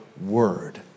word